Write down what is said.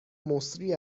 مسری